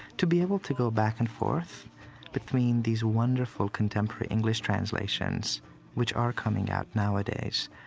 to be able to go back and forth between these wonderful contemporary english translations which are coming out nowadays,